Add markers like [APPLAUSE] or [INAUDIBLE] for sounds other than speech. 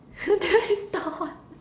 [LAUGHS]